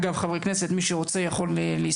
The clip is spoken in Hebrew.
אגב, חברי כנסת, מי שרוצה, יכול להסתכל.